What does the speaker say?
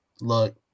Look